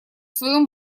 своем